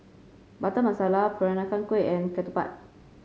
Butter Masala Peranakan Kueh and Ketupat